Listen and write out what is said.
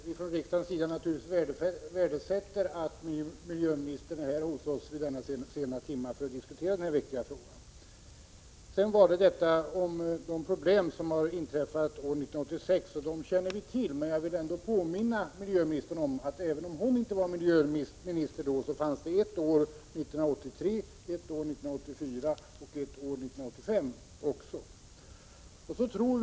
Herr talman! Jag vill först säga att riksdagen naturligtvis värdesätter att miljöministern är hos oss vid denna sena timma för att diskutera den här viktiga frågan. Vi känner till de problem som har inträffat under år 1986, men vill ändå påminna miljöministern om, att det även om hon inte var miljöminister då, också fanns ett år 1983, ett år 1984 och ett år 1985.